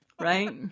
Right